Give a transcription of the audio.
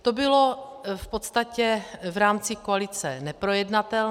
To bylo v podstatě v rámci koalice neprojednatelné.